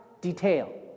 detail